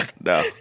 No